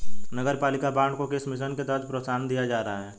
नगरपालिका बॉन्ड को किस मिशन के तहत प्रोत्साहन दिया जा रहा है?